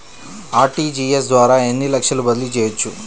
RTGS ద్వారా ఎన్ని లక్షలు బదిలీ చేయవచ్చు?